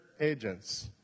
agents